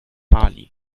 mali